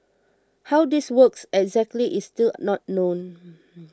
how this works exactly is still not known